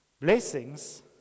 blessings